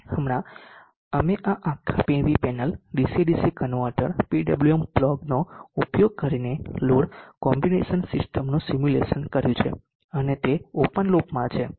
હમણાં અમે આ આખા PV panel DC DC converter PWM બ્લોકનો ઉપયોગ કરીને લોડ કોમ્બિનેશન સિસ્ટમનું સિમ્યુલેશન કર્યું છે અને તે ઓપન લૂપમાં છે